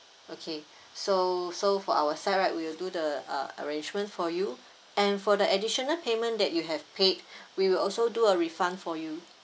okay so so for our side right we will do the uh arrangement for you and for the additional payment that you have paid we will also do a refund for you